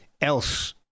else